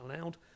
allowed